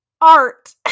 art